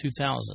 2000